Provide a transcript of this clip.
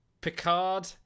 Picard